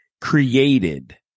created